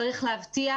צריך להבטיח,